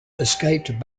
escaped